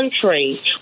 country